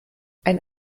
ein